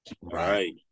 right